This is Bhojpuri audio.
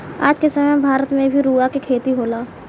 आज के समय में भारत में भी रुआ के खेती होता